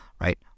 right